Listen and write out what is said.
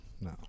No